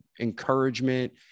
encouragement